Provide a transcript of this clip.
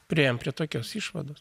priėjome prie tokios išvados